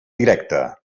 directe